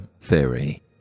Theory